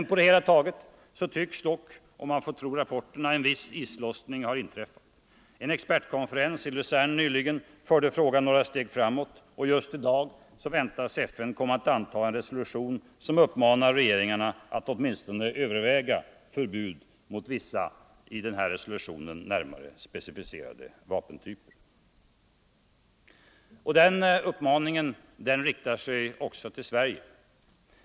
På det hela taget tycks dock en viss islossning ha inträffat. En expertkonferens i Luzern nyligen förde frågan några steg framåt, och just i dag väntas FN komma att anta en resolution som uppmanar regeringarna att åtminstone överväga förbud mot vissa i den här resolutionen närmare specificerade vapentyper. Den uppmaningen riktar sig också till Sverige.